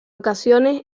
ocasiones